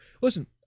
Listen